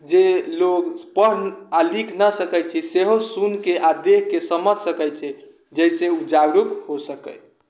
जे लोग पढ़ आओर लिख नहि सकै छै सेहो सुनके आओर देखिके समझि सकै छै जैसे उ जागरूक हो सके